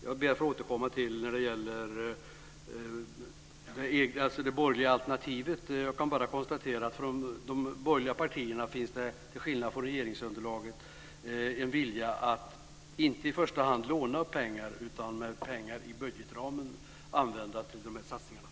Jag ber att få återkomma när det gäller det borgerliga alternativet. Jag konstaterar bara att det hos de borgerliga partierna, till skillnad från hos regeringsunderlaget, finns en vilja att inte i första hand låna pengar utan använda pengar i budgetramen till de här satsningarna.